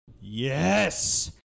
Yes